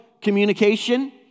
communication